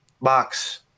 box